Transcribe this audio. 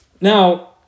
Now